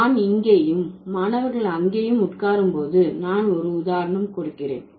நான் இங்கேயும் மாணவர்கள் அங்கேயும் உட்காரும் போது நான் ஒரு உதாரணம் கொடுக்கிறேன்